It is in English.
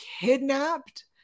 kidnapped